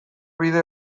bide